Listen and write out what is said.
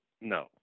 No